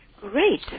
Great